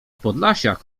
podlasiak